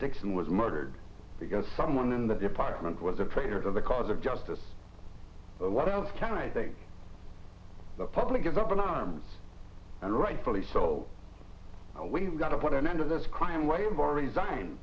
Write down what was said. dixon was murdered because someone in the department was a traitor to the cause of justice but what else can i think the public is up in arms and rightfully so we've got to put an end to this crime wave are resign